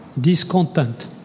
discontent